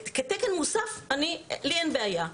כתקן נוסף אין לי בעיה.